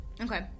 Okay